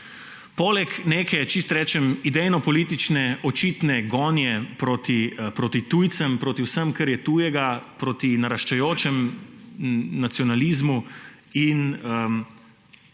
Poleg neke, čisto rečem, idejnopolitične očitne gonje proti tujcem, proti vsem, kar je tujega, proti naraščajočemu nacionalizmu in